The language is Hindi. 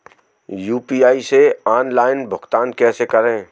यू.पी.आई से ऑनलाइन भुगतान कैसे करें?